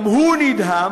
גם הוא נדהם,